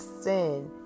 Sin